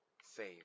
save